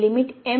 तर हे लिमिट